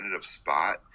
spot